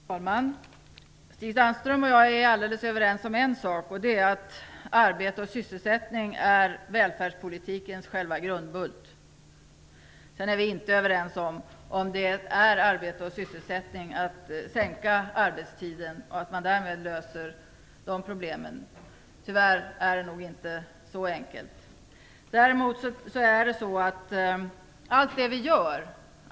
Fru talman! Stig Sandström och jag är överens om att arbete och sysselsättning är välfärdspolitikens grundbult. Sedan är vi inte överens om det främjar arbete och sysselsättning att sänka arbetstiden och att man därmed skulle lösa dessa problem. Det är nog tyvärr inte så enkelt.